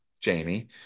Jamie